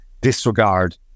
disregard